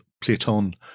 Platon